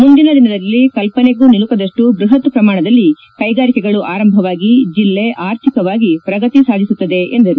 ಮುಂದಿನ ದಿನದಲ್ಲಿ ಕಲ್ಪನೆಗೂ ನಿಲುಕದಷ್ಟು ಬೃಹತ್ ಪ್ರಮಾಣದಲ್ಲಿ ಕೈಗಾರಿಕೆಗಳು ಆರಂಭವಾಗಿ ಜೆಲ್ಲೆ ಆರ್ಥಿಕವಾಗಿ ಪ್ರಗತಿ ಸಾಧಿಸುತ್ತದೆ ಎಂದರು